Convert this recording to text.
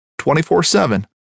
24-7